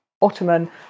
Ottoman